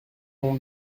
mon